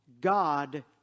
God